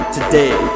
Today